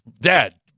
dad